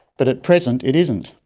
but at present it isn't.